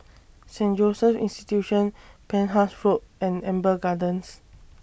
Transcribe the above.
Saint Joseph's Institution Penhas Road and Amber Gardens